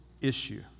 issue